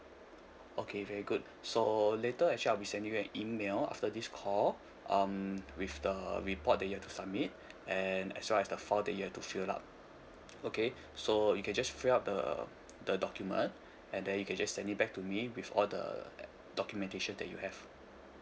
okay very good so later actually I'll be sending you an email after this call um with the report that you have to submit and as well as the file that you have to fill up okay so you can just fill up the the document and then you can just send it back to me with all the a~ documentation that you have